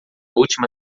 última